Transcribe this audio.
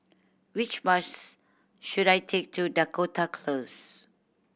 which bus should I take to Dakota Close